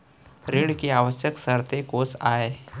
ऋण के आवश्यक शर्तें कोस आय?